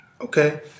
Okay